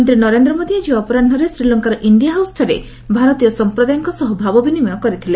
ପ୍ରଧାନମନ୍ତ୍ରୀ ନରେନ୍ଦ୍ର ମୋଦି ଆଜି ଅପରାହୁରେ ଶ୍ରୀଲଙ୍କାର ଇଣ୍ଡିଆ ହାଉସ୍ଠାରେ ଭାରତୀୟ ସମ୍ପ୍ରଦାୟଙ୍କ ସହ ଭାବ ବିନିମୟ କରିଥିଲେ